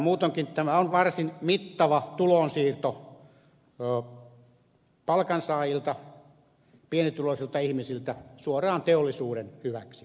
muutoinkin tämä on varsin mittava tulonsiirto palkansaajilta pienituloisilta ihmisiltä suoraan teollisuuden hyväksi